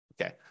Okay